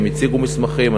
הם הציגו מסמכים,